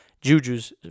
Juju's